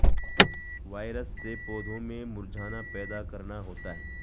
virus से पौधों में मुरझाना पैदा करना होता है